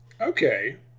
okay